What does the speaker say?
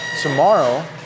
tomorrow